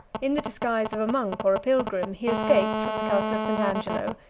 in the disguise of a monk or a pilgrim, he escaped from the castle of st. angelo,